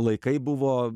laikai buvo